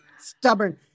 Stubborn